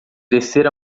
descer